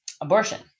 Abortion